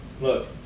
Look